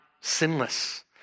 sinless